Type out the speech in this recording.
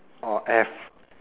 orh F